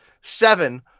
seven